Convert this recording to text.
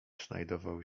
znajdował